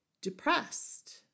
depressed